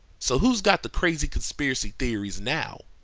so who's got the crazy conspiracy theories now?